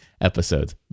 episodes